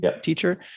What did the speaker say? teacher